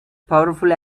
powerful